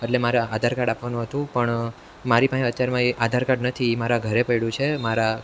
એટલે મારે આધાર કાડ આપવાનું હતું પણ મારી પાસે અત્યારમાં એ આધાર કાડ નથી એ મારા ઘરે પડ્યું છે મારા